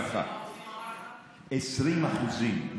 ועוד הרבה אנשים טובים ידעו.